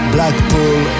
Blackpool